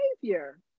behavior